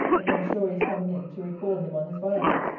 upon shorey's coming in to recall him on his violence.